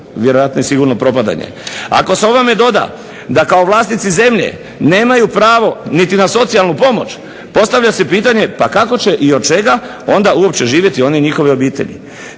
vjerojatno i sigurno propadanje. Ako se ovome doda da kao vlasnici zemlje nemaju pravo niti na socijalnu pomoć, postavlja se pitanje pa kako će i od čega onda uopće živjeti one njihove obitelji.